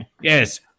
yes